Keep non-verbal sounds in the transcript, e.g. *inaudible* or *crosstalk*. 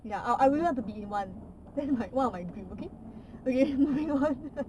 ya I really want to be in one that's like one of my dream okay okay moving on *laughs*